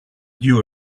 you